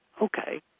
okay